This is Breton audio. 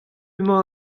emañ